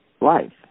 life